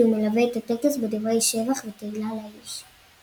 כשהוא מלווה את הטקס בדברי שבח ותהילה לאיש.